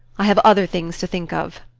i have other things to think of